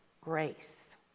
grace